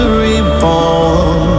reborn